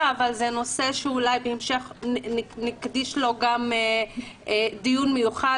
אבל זה נושא שאולי בהמשך נקדיש לו דיון מיוחד,